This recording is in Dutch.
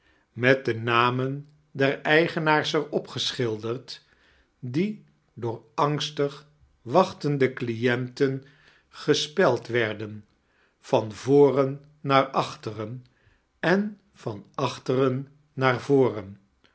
met de namen der eigemaars er op geschilderd die door amgstig wachtende clienten gespeld werden vam voren naar acbteren en van achteren naar voren